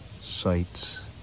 sights